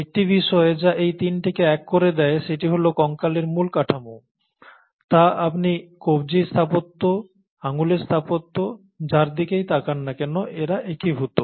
একটি বিষয় যা এই তিনটিকে এক করে দেয় সেটি হল কঙ্কালের মূল কাঠামো তা আপনি কব্জির স্থাপত্য আঙুলের স্থাপত্য যার দিকেই তাকান না কেন এরা একীভূত